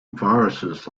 viruses